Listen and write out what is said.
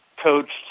coached